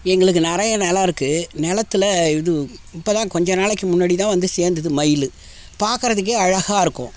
எங்களுக்கு நிறைய நெலம் இருக்குது நிலத்துல இது இப்போ தான் கொஞ்சம் நாளைக்கு முன்னாடி தான் வந்து சேர்ந்தது மயில் பார்க்கறதுக்கே அழகாக இருக்கும்